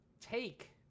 take